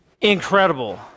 incredible